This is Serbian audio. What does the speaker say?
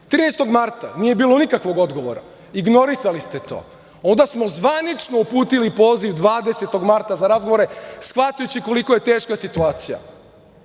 13. marta nije bilo nikakvog odgovora, ignorisali ste to, onda smo zvanično uputili poziv 20. marta za razgovore shvatajući koliko je teška situacija.